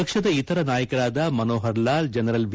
ಪಕ್ಷದ ಇತರ ನಾಯಕರಾದ ಮನೋಹರ್ ಲಾಲ್ ಜನರಲ್ ವಿ